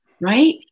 Right